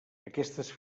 aquestes